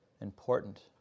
important